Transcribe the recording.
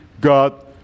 God